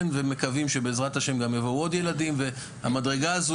ומקווים שבעזרת השם יבואו גם עוד ילדים והמדרגה הזו,